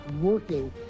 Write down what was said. working